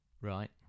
Right